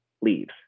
leaves